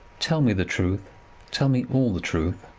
tell me the truth tell me all the truth.